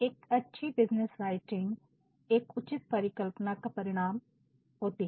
एक अच्छी business writing एक उचित परिकल्पना का परिणाम होती है